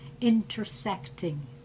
intersecting